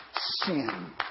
Sin